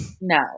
no